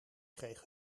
kreeg